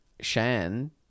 Shan